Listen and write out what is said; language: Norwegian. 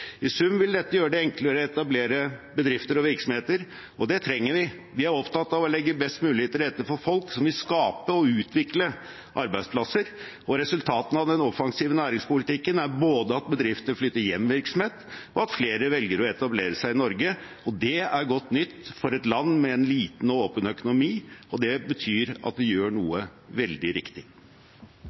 I sum vil dette gjøre det enklere å etablere bedrifter og virksomheter, og det trenger vi. Vi er opptatt av å legge best mulig til rette for folk som vil skape og utvikle arbeidsplasser, og resultatene av den offensive næringspolitikken er både at bedrifter flytter hjem virksomhet, og at flere velger å etablere seg i Norge. Det er godt nytt for et land med en liten og åpen økonomi, og det betyr at vi gjør noe veldig riktig.